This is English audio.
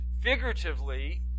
figuratively